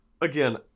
Again